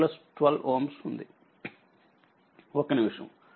1నిమిషంఅదిVx 0